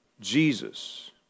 Jesus